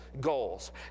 goals